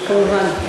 כמובן,